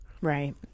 Right